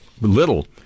Little